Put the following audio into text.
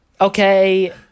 okay